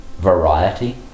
variety